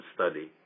Study